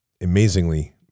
amazingly